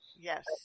Yes